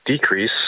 decrease